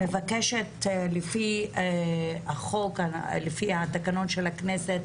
לפי החוק, לפי התקנון של הכנסת,